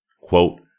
Quote